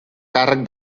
càrrec